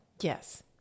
Yes